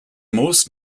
most